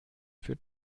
für